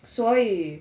所以